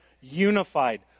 unified